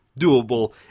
doable